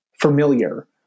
familiar